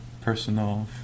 personal